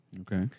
Okay